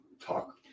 talk